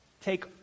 take